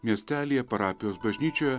miestelyje parapijos bažnyčioje